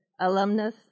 Alumnus